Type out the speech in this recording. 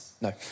No